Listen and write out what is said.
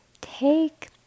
take